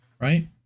Right